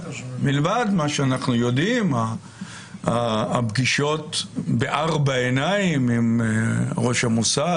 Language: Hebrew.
מלבד מה שאנחנו יודעים הפגישות בארבע עיניים עם ראש המוסד,